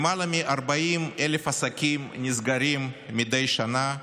למעלה מ-40,000 עסקים נסגרים מדי שנה,